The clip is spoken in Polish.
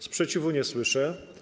Sprzeciwu nie słyszę.